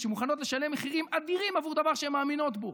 שמוכנות לשלם מחירים אדירים עבור דבר שהן מאמינות בו